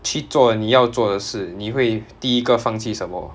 去做你要做的事你会第一个放弃什么